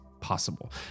possible